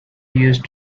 used